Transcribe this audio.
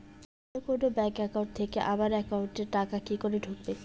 অন্য কোনো bank account থেকে আমার একাউন্ট এ টাকা কি করে ঢুকবে?